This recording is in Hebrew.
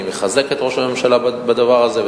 אני מחזק את ראש הממשלה בדבר הזה,